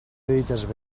dites